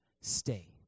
stay